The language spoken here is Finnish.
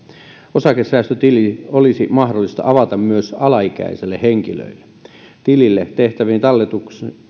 osakesäästötili olisi mahdollista avata myös alaikäisille henkilöille tilille tehtäviin talletuksiin